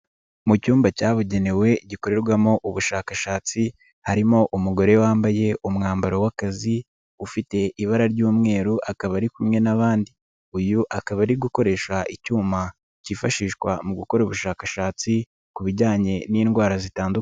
Mu cyumba cyabugenewe gikorerwamo ubushakashatsi harimo umugore wambaye umwambaro w'akazi ufite ibara ry'umweru akaba ari kumwe n'abandi, uyu akaba ari gukoresha icyuma cyifashishwa mu gukora ubushakashatsi ku bijyanye n'indwara zitandukanye.